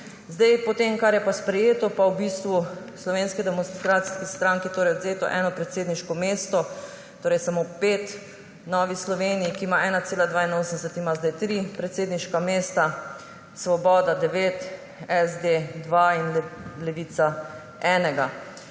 Po tem, kar je sprejeto, pa je Slovenski demokratski stranki odvzeto eno predsedniško mesto, torej samo pet, Nova Slovenija, ki ima 1,82 ima zdaj tri predsedniška mesta, Svoboda devet, SD dva in Levica enega.